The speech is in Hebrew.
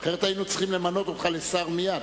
אחרת היינו צריכים למנות אותך לשר מייד.